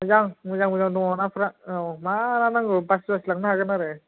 मोजां मेजां मोजां दङ ना फोरा औ मा मा नांगौ बासि बासि लांनो हागोन आरो